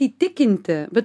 įtikinti bet